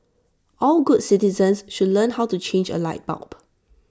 all good citizens should learn how to change A light bulb